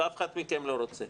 ואף אחד מכם לא רוצה,